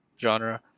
genre